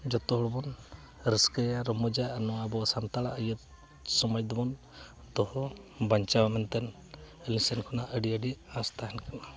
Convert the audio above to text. ᱡᱚᱛᱚ ᱦᱚᱲ ᱵᱚᱱ ᱨᱟᱹᱥᱠᱟᱹᱭᱟ ᱨᱚᱢᱚᱡᱟ ᱟᱨ ᱱᱚᱣᱟ ᱟᱵᱚ ᱤᱭᱟᱹ ᱥᱟᱱᱛᱟᱲᱟᱜ ᱥᱚᱢᱟᱡᱽ ᱫᱚ ᱫᱚᱦᱚ ᱵᱟᱧᱪᱟᱣᱟ ᱢᱮᱱᱛᱮᱫ ᱟᱞᱮ ᱥᱮᱱ ᱠᱷᱚᱱᱟᱜ ᱟᱹᱰᱤ ᱟᱹᱰᱤ ᱟᱸᱥ ᱛᱟᱦᱮᱱ ᱠᱟᱱᱟ